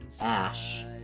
Ash